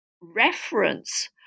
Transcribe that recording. reference